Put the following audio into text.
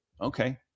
okay